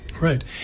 Right